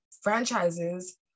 franchises